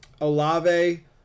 Olave